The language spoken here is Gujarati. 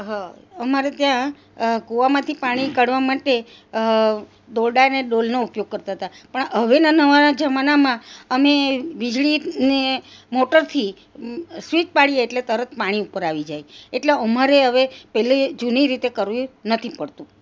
હ આમરે ત્યાં કુવામાંથી પાણી કાઢવા માટે દોરડા અને ડોલનો ઉપયોગ કરતા હતા પણ હવેના નવા જમાનામાં અમે વીજળીને મોટરથી સ્વિચ પાડીએ એટલે તરત પાણી ઉપર આવી જાય એટલે અમારે હવે પેલે જૂની રીતે કરવી નથી પડતું